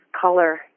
color